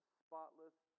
spotless